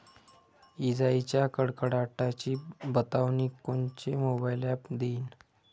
इजाइच्या कडकडाटाची बतावनी कोनचे मोबाईल ॲप देईन?